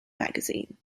magazine